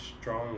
strong